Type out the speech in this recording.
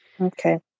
Okay